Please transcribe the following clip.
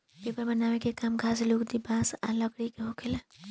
paper बनावे के काम घास, लुगदी, बांस आ लकड़ी से होखेला